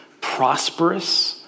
prosperous